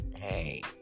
Hey